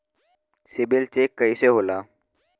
CIBIL check कइसे होला?